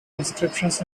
inscriptions